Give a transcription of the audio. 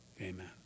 Amen